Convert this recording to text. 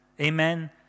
Amen